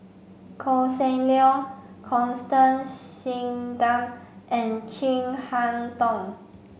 Koh Seng Leong Constance Singam and Chin Harn Tong